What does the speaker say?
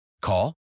Call